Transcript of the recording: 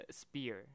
spear